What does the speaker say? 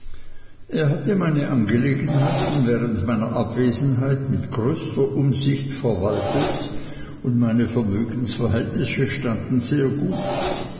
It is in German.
er hatte meine angelegenheiten während meiner abwesenheit mit größter umsicht verwaltet und meine vermögensverhältnisse standen sehr gut